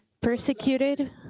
persecuted